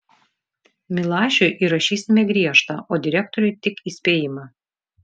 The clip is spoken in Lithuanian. milašiui įrašysime griežtą o direktoriui tik įspėjimą